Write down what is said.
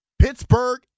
Pittsburgh